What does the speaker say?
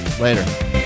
Later